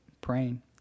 praying